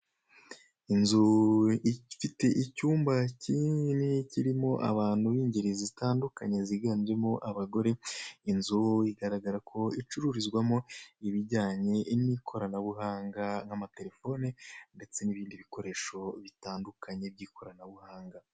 Inzu ifite icyumba kinini kirimo abantu b'ingeri zitandukanye ziganjemo abagore, inzu igaragara ko icururizwamo ibijyanye n'ikoranabuhanga nk'amaterefone ndetse n'ibindi bikoresho bitandukanye by'ikoranabuhanga.